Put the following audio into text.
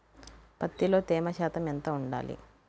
పత్తిలో తేమ శాతం ఎంత ఉండాలి?